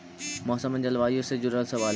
मौसम और जलवायु से जुड़ल सवाल?